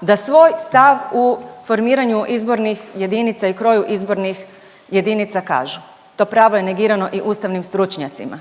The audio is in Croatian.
da svoj stav u formiranju izbornih jedinica i kroju izbornih jedinica kažu. To pravo je negirano i ustavnim stručnjacima.